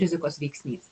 rizikos veiksnys